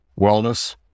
Wellness